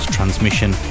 Transmission